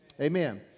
amen